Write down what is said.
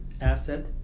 asset